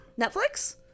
Netflix